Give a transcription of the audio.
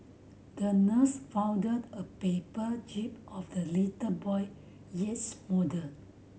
the nurse folded a paper jib of the little boy yacht model